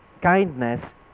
Kindness